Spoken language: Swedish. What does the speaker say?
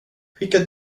skicka